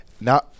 Now